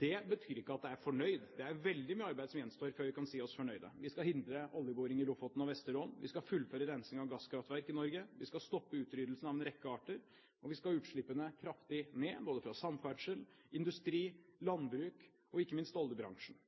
Det betyr ikke at jeg er fornøyd. Det er veldig mye arbeid som gjenstår, før vi kan si oss fornøyd. Vi skal hindre oljeboring i Lofoten og Vesterålen, vi skal fullføre rensing av gasskraftverk i Norge, vi skal stoppe utryddelsen av en rekke arter, og vi skal få utslippene kraftig ned, fra både samferdsel, industri, landbruk og ikke minst oljebransjen.